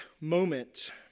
moment